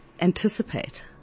anticipate